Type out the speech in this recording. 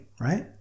Right